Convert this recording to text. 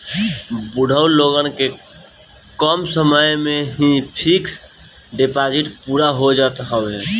बुढ़ऊ लोगन के कम समय में ही फिक्स डिपाजिट पूरा हो जात हवे